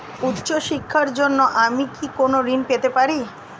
উচ্চশিক্ষার জন্য আমি কি কোনো ঋণ পেতে পারি?